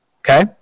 Okay